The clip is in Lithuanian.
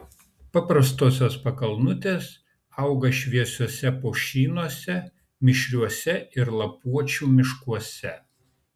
paprastosios pakalnutės auga šviesiuose pušynuose mišriuose ir lapuočių miškuose